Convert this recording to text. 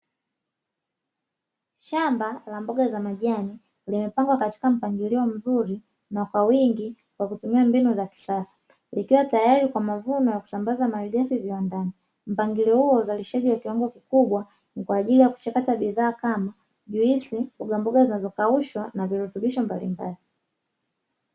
Shamba la mboga za majani limepangwa katika mpangilio mzuri na kwa wingi kwa kutumia mbinu za kisasa ikiwa tayari kwa mavuno ya kusambaza malighafi viwandani. Mpangilio huu wa uzalishaji wa kiwango kikubwa ni kwa ajili ya kuchakata bidhaa kama juisi, mbogamboga zinazokaushwa, na virutubisho mbalimbali.